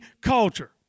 culture